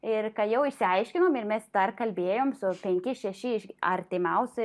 ir kai jau išsiaiškinom ir mes dar kalbėjome su penkiais šešiais artimiausi